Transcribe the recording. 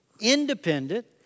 independent